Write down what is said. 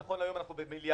שנכון להיום אנחנו במיליארד,